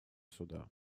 суда